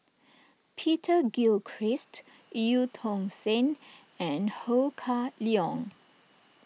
Peter Gilchrist Eu Tong Sen and Ho Kah Leong